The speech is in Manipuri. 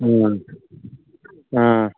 ꯑꯥ ꯑꯥ